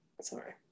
sorry